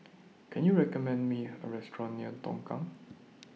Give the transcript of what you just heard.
Can YOU recommend Me A Restaurant near Tongkang